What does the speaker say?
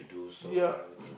ya